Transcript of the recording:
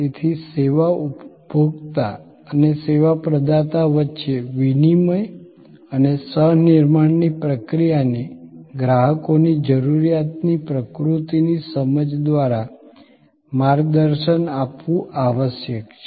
તેથી સેવા ઉપભોક્તા અને સેવા પ્રદાતા વચ્ચે વિનિમય અને સહ નિર્માણની પ્રક્રિયાને ગ્રાહકોની જરૂરિયાતની પ્રકૃતિની સમજ દ્વારા માર્ગદર્શન આપવું આવશ્યક છે